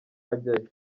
ajyayo